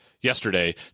yesterday